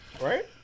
Right